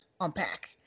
unpack